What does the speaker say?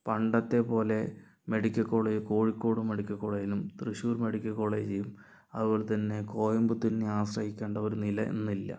പണ്ടത്തെപ്പോലെ medical college Kozhikode medical കോളേജിനും Thrissur medical college അതുപോലെത്തന്നെ കോയമ്പത്തൂരിനെ ആശ്രയിക്കേണ്ട ഒരു നില ഇന്നില്ല